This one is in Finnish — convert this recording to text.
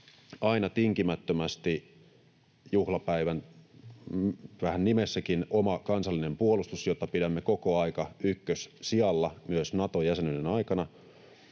Aina tinkimättömästi — vähän juhlapäivän nimessäkin — oma kansallinen puolustus, jota pidämme koko ajan ykkössijalla myös Nato-jäsenyyden aikana.